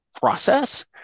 process